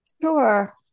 sure